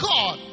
God